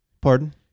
pardon